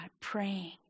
praying